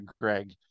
Greg